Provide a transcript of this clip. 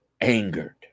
angered